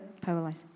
paralyzed